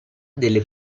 delle